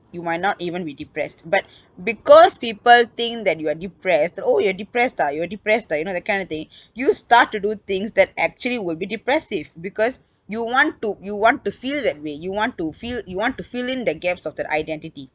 you might not even be depressed but because people think that you are depressed oh you're depressed ah you are depressed ah you know that kind of thing you start to do things that actually will be depressive because you want to you want to feel that way you want to feel you want to fill in the gaps of that identity